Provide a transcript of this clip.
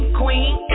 queen